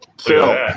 Phil